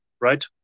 right